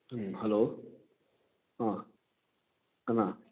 hello ꯑꯥ ꯀꯅꯥ